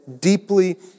deeply